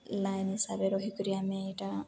line ହିସାବରେ ରହିକରି ଆମେ ଏଇଟା